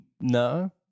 No